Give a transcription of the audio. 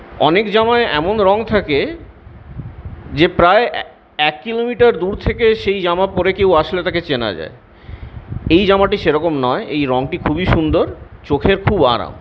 অনেক জামায় এমন রং থাকে যে প্রায় এক কিলোমিটার দূর থেকে সেই জামা পরে কেউ আসলে তাকে চেনা যায় এই জামাটি সেরকম নয় এই রংটি খুবই সুন্দর চোখের খুব আরাম